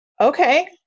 okay